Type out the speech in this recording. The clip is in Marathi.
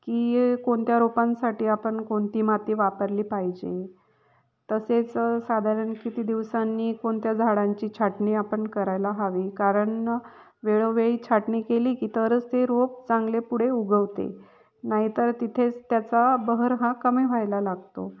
की कोणत्या रोपांसाठी आपण कोणती माती वापरली पाहिजे तसेच साधारण किती दिवसांनी कोणत्या झाडांची छाटणी आपण करायला हवी कारण वेळोवेळी छाटणी केली की तरच ते रोप चांगले पुढे उगवते नाहीतर तिथेच त्याचा बहर हा कमी व्हायला लागतो